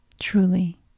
Truly